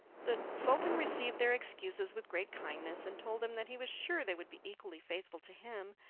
the sultan received their excuses with great kindness, and told them that he was sure they would be equally faithful to him,